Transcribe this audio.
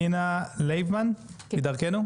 דינה לייבמן מ"דרכנו",